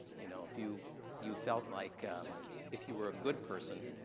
you know, if you you felt like if you were a good person,